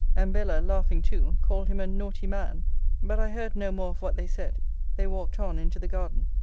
and bella, laughing too, called him a naughty man but i heard no more of what they said they walked on into the garden.